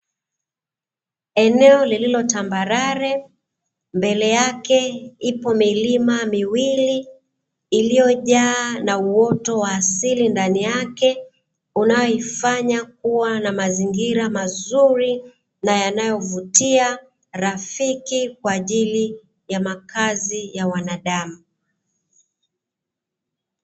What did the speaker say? Eneo lililo tambarare, mbele yake ipo milima miwili iliyojaa na uoto wa asili ndani yake, inayoifanya kuwa na mazingira mazuri na yanayovutia, rafiki kwa ajili ya makazi ya wanadamu.